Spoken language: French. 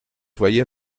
voyait